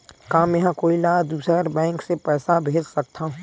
का मेंहा कोई ला दूसर बैंक से पैसा भेज सकथव?